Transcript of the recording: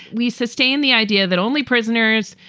we sustain the idea that only prisoners,